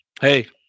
Hey